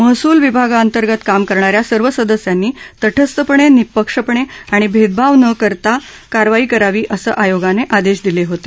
महसूल विभागाअंतर्गत काम करणा या सर्व संदस्यांनी तटस्थपणे निष्पक्षपणे आणि भेदभाव न करता कोणतीही कारवाई करावी असं आयोगानं आदेश दिले होते